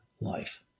life